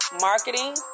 Marketing